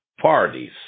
parties